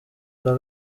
kwa